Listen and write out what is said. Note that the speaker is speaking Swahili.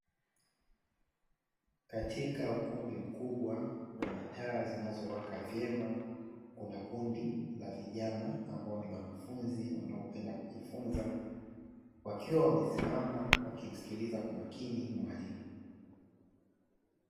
Katika ukumbi mkubwa wenye taa zinazowaka vyema, kuna kundi la vijana ambao ni wanafunzi wanaopenda kujifunza wakiwa wamesimama wakimsikiliza kwa makini mwalimu.